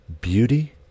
beauty